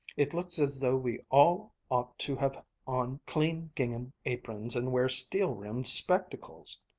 it looks as though we all ought to have on clean gingham aprons and wear steel-rimmed spectacles.